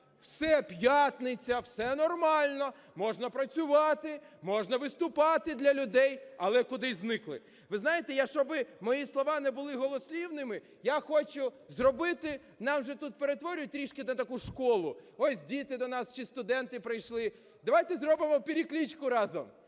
час, п'ятниця, все нормально, можна працювати, можна виступати для людей? Але кудись зникли. Ви знаєте, щоб ви мої слова не були голослівними, я хочу зробити, нам же тут перетворюють трішки на таку школу, ось діти до нас чи студенти прийшли, давайте зробимо перекличку разом,